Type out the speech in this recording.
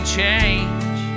change